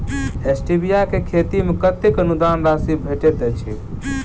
Stevia केँ खेती मे कतेक अनुदान राशि भेटैत अछि?